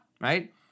right